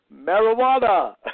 Marijuana